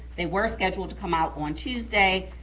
they were scheduled to come out on tuesday.